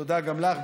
תודה גם לך.